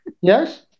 Yes